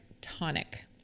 tonic